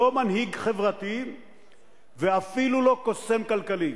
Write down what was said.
לא מנהיג חברתי ואפילו לא קוסם כלכלי.